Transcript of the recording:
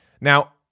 Now